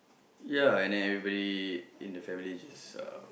ya and then everybody in the family just uh